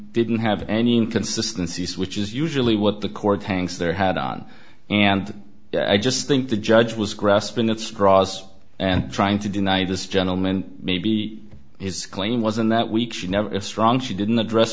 didn't have any inconsistency which is usually what the court hangs there had on and i just think the judge was grasping at straws and trying to deny this gentleman may be his claim was in that week she never a strong she didn't address